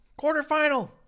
quarterfinal